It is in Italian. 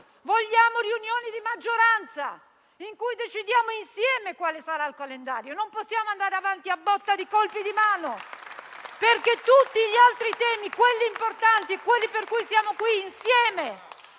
Vogliamo riunioni di maggioranza in cui decidiamo insieme quale sarà il calendario; non possiamo andare avanti a botte di colpi di mano. Tutti gli altri temi, quelli importanti, quelli per cui siamo qui insieme